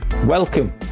Welcome